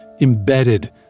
embedded